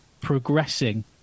progressing